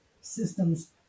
systems